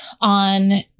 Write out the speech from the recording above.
on